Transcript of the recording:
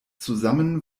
zusammen